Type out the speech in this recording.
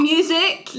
Music